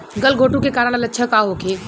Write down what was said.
गलघोंटु के कारण लक्षण का होखे?